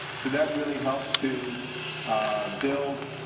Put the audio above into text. so that really helps to build.